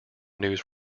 news